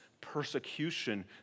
persecution